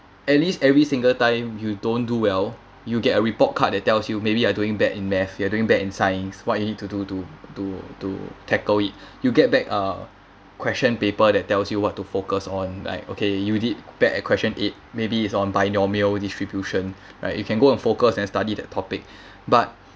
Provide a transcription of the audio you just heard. at least every single time you don't do well you'll get a report card that tells you maybe you are doing bad in maths you are doing bad in science what you need to do to to to tackle it you'll get back uh question paper that tells you what to focus on like okay you did bad at question eight maybe is on binomial distribution right you can go on focus and study that topic but